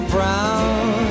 Brown